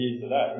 today